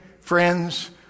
friends